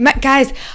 Guys